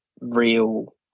real